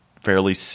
fairly